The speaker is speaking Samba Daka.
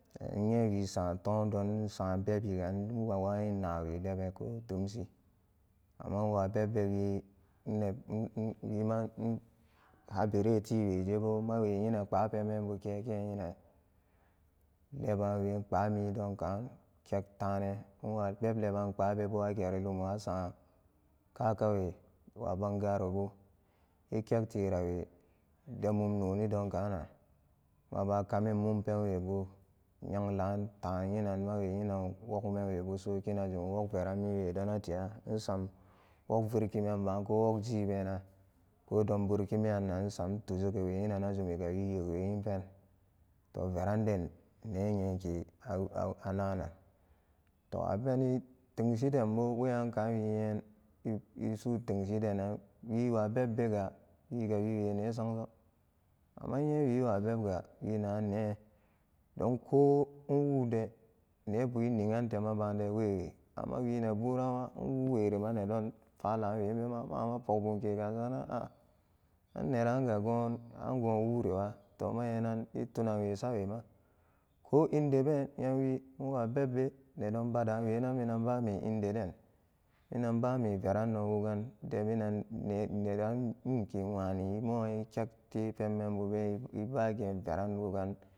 Inwewisatomdon insabebigan inwa wayin nawe ko temshi amma inwu bebbewi inne-in-in wima in habire tiwejebo mawe inan kpaa pemmembu keken inan lebanwe kpaa midonkan kektanan inwabeb leban kpaa bebo ageri lumo asam kakawe wabangarobu ekekterawe demumnoni dongkanan maba kamin mum penwebu neglan taai nan mawe inan wogmewebu soki najum wok veran miwe dona tela insam wog virki menba ko wog jibena ko don burkimiyannan insam intuzegewa inanna zumiga we yek'inpento veranden neenyeke hau-ha hananan to abeni tengshidenbo weyanka wiyen e-esu tengshidenan wiwa bebbega wigawiwe nee sangso amma inyewiwa bebga winagan nee don ko inwude nebu e nigantema bande wewe amma wi ne buranwa in wuwerima nedon fala webema ma'ama bogbumkega asaranan a'a anneranga gon angowuriwa to manyenan etunanwe sawema ko inde be nyemwi inwa bebbe nedon bada wenanminan bame indeden mina bame verandon wugan de minan ne-neeran nwuke wani emo'an e kekte pemembube ebuge veran wugan